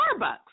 Starbucks